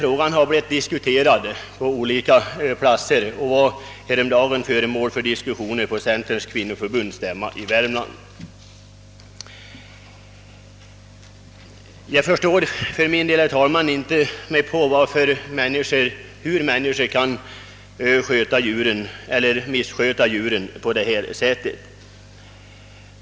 Frågan har diskuterats på olika platser, och häromdagen var den föremål för diskussion vid centerns kvinnoförbunds stämma i Värmland. Jag förstår för min del, herr talman, inte hur någon kan missköta djur på detta sätt.